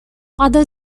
other